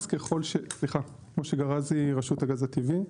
משה גראזי רשות הגז הטבעי.